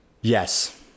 yes